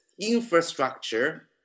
infrastructure